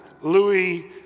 Louis